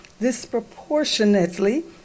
disproportionately